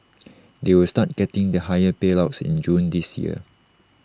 they will start getting the higher payouts in June this year